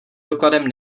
dokladem